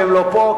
שאינם פה,